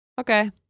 Okay